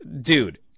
dude